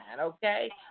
okay